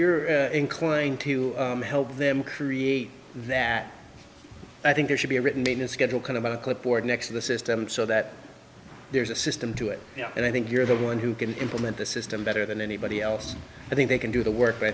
you're inclined to help them create that i think there should be a written in schedule kind of a clipboard next to the system so that there's a system to it and i think you're the one who can implement the system better than anybody else i think they can do the work but i